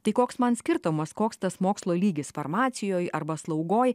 tai koks man skirtumas koks tas mokslo lygis farmacijoj arba slaugoj